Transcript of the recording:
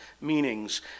meanings